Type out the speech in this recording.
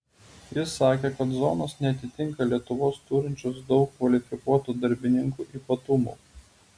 jis sakė kad zonos neatitinka lietuvos turinčios daug kvalifikuotų darbininkų ypatumų